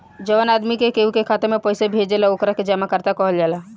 जवन आदमी केहू के खाता में पइसा भेजेला ओकरा के जमाकर्ता कहल जाला